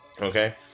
Okay